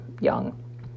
young